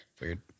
weird